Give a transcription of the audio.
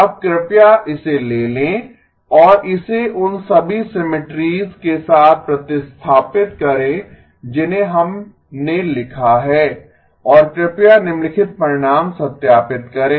अब कृपया इसे ले लें और इसे उन सभी सिमिट्रीज के साथ प्रतिस्थापित करें जिन्हें हमने लिखा है और कृपया निम्नलिखित परिणाम सत्यापित करें